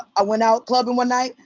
i went out clubbing one night.